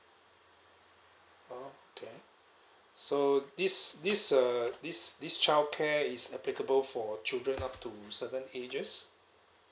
okay so this this uh this this child care is applicable for children up to certain ages